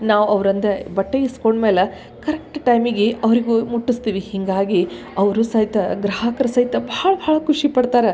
ನಾವು ಅವ್ರೊಂದು ಬಟ್ಟೆ ಇಸ್ಕೊಂಡ ಮೇಲೆ ಕರೆಕ್ಟ್ ಟೈಮಿಗೆ ಅವರಿಗೂ ಮುಟ್ಟಿಸ್ತೀವಿ ಹೀಗಾಗಿ ಅವರು ಸಹಿತ ಗ್ರಾಹಕ್ರು ಸಹಿತ ಭಾಳ ಭಾಳ ಖುಷಿ ಪಡ್ತಾರೆ